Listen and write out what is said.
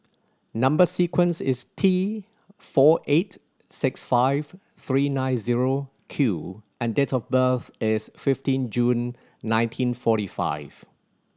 number sequence is T four eight six five three nine zero Q and date of birth is fifteen June nineteen forty five